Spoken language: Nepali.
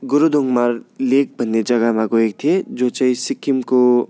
गुरुदोङमार लेक भन्ने जग्गाका गएको थिएँ जो चाहिँ सिक्किमको